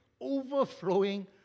overflowing